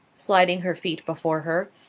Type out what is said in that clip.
sliding her feet before her,